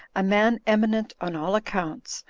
a man eminent on all accounts,